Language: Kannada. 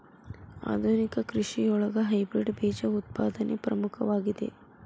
ಆಧುನಿಕ ಕೃಷಿಯೊಳಗ ಹೈಬ್ರಿಡ್ ಬೇಜ ಉತ್ಪಾದನೆ ಪ್ರಮುಖವಾಗಿದೆ